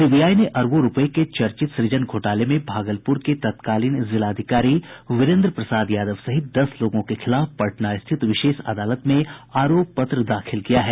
CBI ने अरबों रूपये के चर्चित सुजन घोटाले में भागलपूर के तत्कालीन जिलाधिकारी वीरेन्द्र प्रसाद यादव सहित दस लोगों के खिलाफ पटना स्थित विशेष अदालत में आरोप पत्र दाखिल किया है